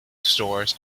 stores